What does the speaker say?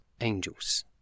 angels